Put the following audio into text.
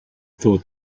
thought